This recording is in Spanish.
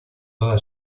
toda